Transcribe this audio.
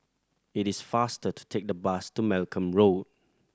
it is faster to take the bus to Malcolm Road